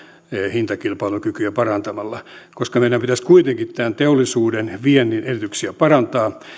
hintakilpailukykyä parantamalla koska meidän pitäisi kuitenkin teollisuuden ja viennin edellytyksiä parantaa